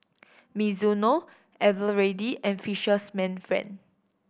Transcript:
Mizuno Eveready and Fisherman's Friend